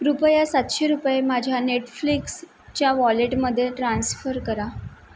कृपया सातशे रुपये माझ्या नेटफ्लिक्सच्या वॉलेटमध्ये ट्रान्स्फर करा